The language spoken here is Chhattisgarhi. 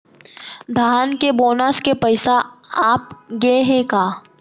धान के बोनस के पइसा आप गे हे का?